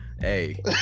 Hey